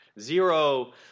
zero